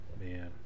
man